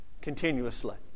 continuously